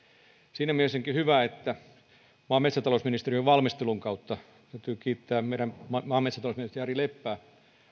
siinä mielessä onkin hyvä että maa ja metsätalousministeriön valmistelun kautta täytyy kiittää meidän maa ja metsätalousministeriämme jari leppää